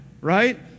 right